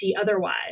otherwise